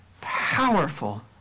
Powerful